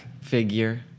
figure